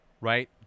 right